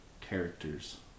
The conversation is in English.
characters